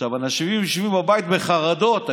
אנשים יושבים בבית בחרדות,